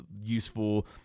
useful